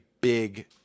big